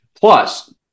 Plus